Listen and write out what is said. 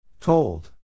Told